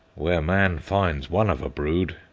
where man finds one of a brood,